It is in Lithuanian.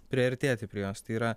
priartėti prie jos tai yra